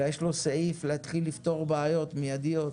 אלא יש לו סעיף להתחיל לפתור בעיות מידיות.